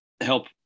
help